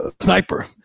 sniper